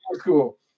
cool